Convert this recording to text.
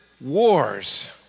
wars